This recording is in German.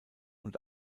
und